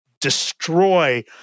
destroy